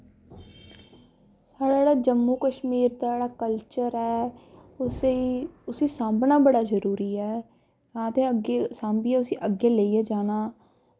साढ़ा जेह्ड़ा जम्मू कश्मीर दा जेह्ड़ा कल्चर ऐ उस्सी उस्सी सांभना बड़ा जरूरी ऐ हां ते अग्गें सांभियै उस्सी अग्गें लेइयै जाना